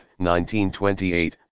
1928